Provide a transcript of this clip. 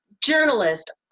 journalist